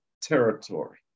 territory